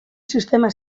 sistema